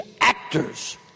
actors